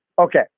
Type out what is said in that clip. Okay